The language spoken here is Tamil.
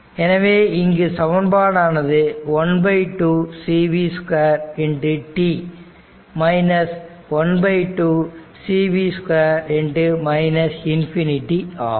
எனவே இங்கு சமன்பாடு ஆனது ½ cv2 ½ cv2 ∞ ஆகும்